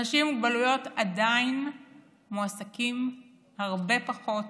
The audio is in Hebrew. אנשים עם מוגבלויות עדיין מועסקים הרבה פחות